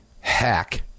hack